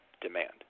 demand